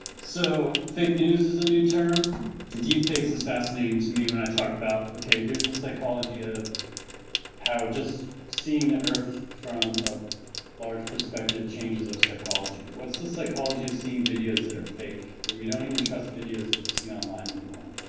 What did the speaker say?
so fake news is a new term deepfakes is fascinating to me when i talk about, okay here's the psychology of how just seeing the earth from a large perspective changes our psychology, what's the psychology of seeing videos that are fake that we don't even trust videos that we see online anymore,